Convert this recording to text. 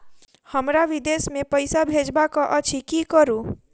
हमरा विदेश मे पैसा भेजबाक अछि की करू?